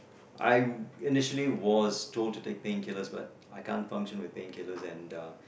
I initially was told to take painkillers but I can't function with painkillers and uh